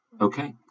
Okay